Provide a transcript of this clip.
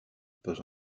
pose